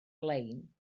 lein